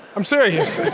i'm serious